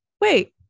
wait